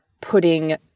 Putting